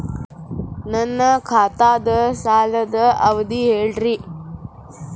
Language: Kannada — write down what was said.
ನನ್ನ ಖಾತಾದ್ದ ಸಾಲದ್ ಅವಧಿ ಹೇಳ್ರಿ